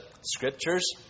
scriptures